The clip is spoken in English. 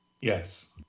Yes